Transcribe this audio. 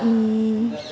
હમ્મ